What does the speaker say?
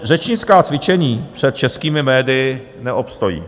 Řečnická cvičení před českými médii neobstojí.